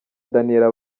daniella